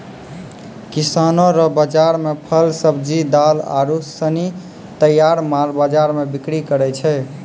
किसानो रो बाजार मे फल, सब्जी, दाल आरू सनी तैयार माल बाजार मे बिक्री करै छै